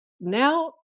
now